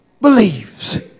believes